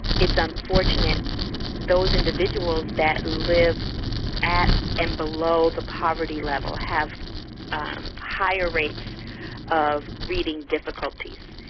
it's unfortunate those individuals that live at and below the poverty level have higher rates of reading difficulties.